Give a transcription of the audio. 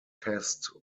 test